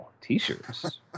t-shirts